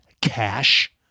cash